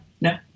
no